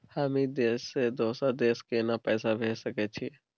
हम ई देश से दोसर देश केना पैसा भेज सके छिए?